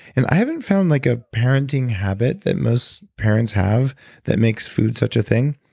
and i haven't found like a parenting habit that most parents have that makes food such a thing.